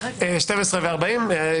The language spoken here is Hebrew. בשעה 12:40.)